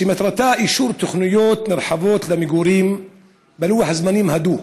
שמטרתה אישור תוכניות נרחבות למגורים בלוח זמנים הדוק,